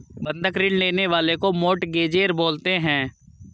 बंधक ऋण लेने वाले को मोर्टगेजेर बोलते हैं